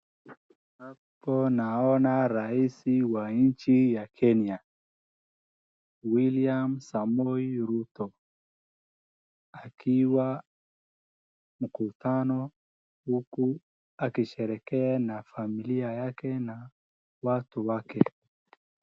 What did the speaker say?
Hapo naona raisi wa nchi ya Kenya William Samoei Ruto akiwa mkutano huku akisherehekea na familia yake na watu wake.